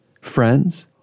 friends